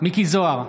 מכלוף מיקי זוהר,